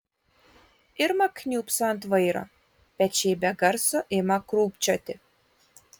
irma kniūbso ant vairo pečiai be garso ima krūpčioti